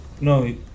No